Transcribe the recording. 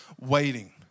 waiting